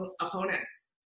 opponents